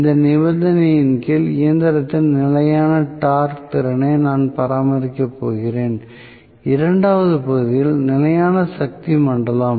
இந்த நிபந்தனையின் கீழ் இயந்திரத்தின் நிலையான டார்க் திறனை நான் பராமரிக்கப் போகிறேன் இரண்டாவது பகுதி நிலையான சக்தி மண்டலம்